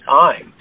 time